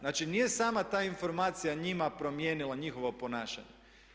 Znači, nije sama ta informacija njima promijenila njihovo ponašanje.